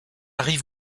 rive